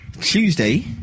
Tuesday